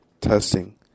Testing